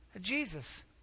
Jesus